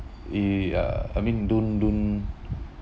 uh I mean don't don't